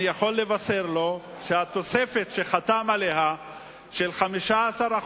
אני יכול לבשר לו שהתוספת שהוא חתם עליה של 15%,